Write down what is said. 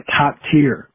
top-tier